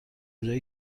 جایی